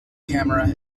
camera